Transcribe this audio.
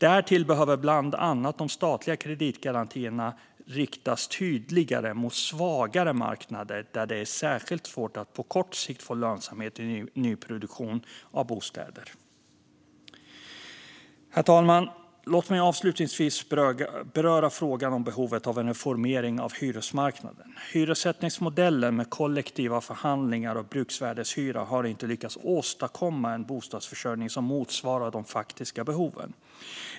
Därtill behöver bland annat de statliga kreditgarantierna riktas tydligare mot svaga marknader, där det är särskilt svårt att på kort sikt få lönsamhet i nyproduktion av bostäder. Herr talman! Låt mig avslutningsvis beröra frågan om behovet av en reformering av hyresmarknaden. Hyressättningsmodellen med kollektiva förhandlingar och bruksvärdeshyra har inte lyckats åstadkomma en bostadsförsörjning som motsvarar de faktiska behoven.